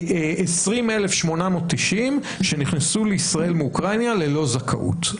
20,890 שנכנסו לישראל מאוקראינה ללא זכאות,